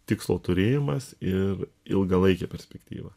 tikslo turėjimas ir ilgalaikė perspektyva